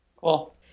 Cool